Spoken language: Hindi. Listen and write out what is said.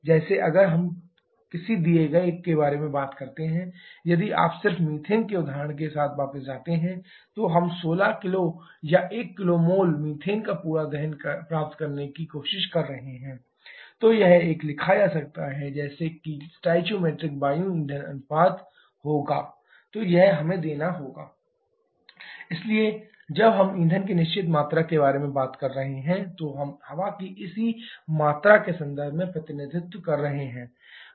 जैसे अगर हम किसी दिए गए के बारे में बात करते हैं यदि आप सिर्फ मीथेन के उदाहरण के साथ वापस जाते हैं तो हम 16 किलो या 1 kmol मीथेन का पूरा दहन प्राप्त करने की कोशिश कर रहे हैं तो यह एक लिखा जा सकता है जैसे कि स्टोइकोमेट्रिक वायु ईंधन अनुपात होगा 2745616ma16 तो यह हमें देता है 2745616mactual इसलिए जब हम ईंधन की निश्चित मात्रा के बारे में बात कर रहे हैं तो हम हवा की इसी मात्रा के संदर्भ में प्रतिनिधित्व कर सकते हैं